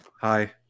Hi